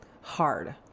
hard